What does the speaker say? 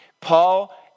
Paul